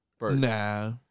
Nah